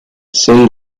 sei